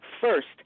first